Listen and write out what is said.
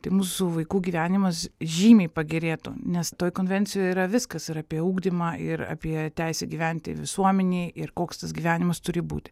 tai mūsų vaikų gyvenimas žymiai pagerėtų nes toj konvencijoj yra viskas ir apie ugdymą ir apie teisę gyventi visuomenėj ir koks tas gyvenimas turi būt